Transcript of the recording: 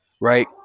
right